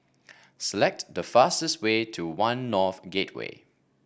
select the fastest way to One North Gateway